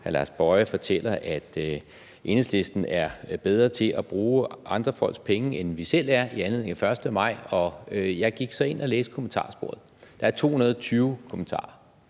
1. maj fortæller, at Enhedslisten er bedre til at bruge andre folks penge, end vi selv er, og jeg gik så ind og læste kommentarsporet. Der er 220 kommentarer,